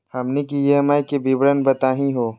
हमनी के ई.एम.आई के विवरण बताही हो?